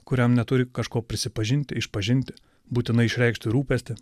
kuriam neturi kažko prisipažinti išpažinti būtinai išreikšti rūpestį